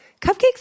cupcakes